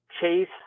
chase